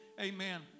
Amen